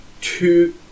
Two